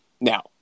Now